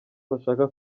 bashaka